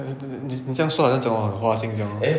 eh 对对对你你这样说很像讲我很花心这样 lor